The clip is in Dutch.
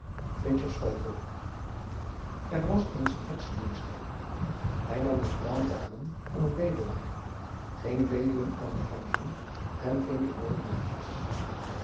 fitscher's vogel er was eens een heksenmeester hij nam de gedaante aan van een bedelaar ging bedelen aan de huizen en ving de mooie meisjes